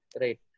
right